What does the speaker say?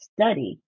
study